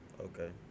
Okay